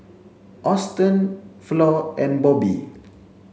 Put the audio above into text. Auston Flor and Bobbi